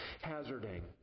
hazarding